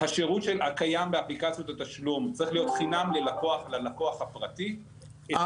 השירות הקיים באפליקציות התשלום צריך להיות חינם ללקוח הפרטי -- אריק,